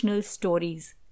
stories